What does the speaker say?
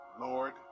Lord